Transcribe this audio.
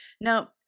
Now